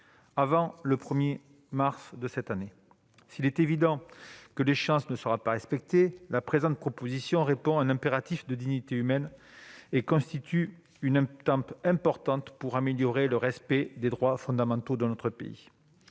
avant le 1 mars 2021. S'il est évident que l'échéance ne sera pas respectée, la présente proposition de loi répond à un impératif de dignité humaine et constitue une étape importante pour améliorer le respect des droits fondamentaux dans notre pays.